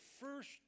first